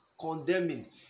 condemning